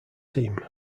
team